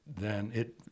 then—it